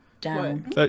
down